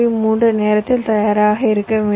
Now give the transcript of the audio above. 3 நேரத்தில் தயாராக இருக்க வேண்டும்